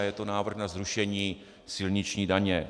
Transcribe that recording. Je to návrh na zrušení silniční daně.